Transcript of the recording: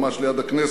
ממש ליד הכנסת,